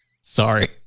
Sorry